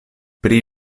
pri